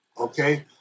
okay